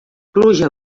pluja